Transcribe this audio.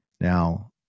Now